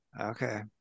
okay